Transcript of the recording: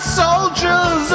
soldiers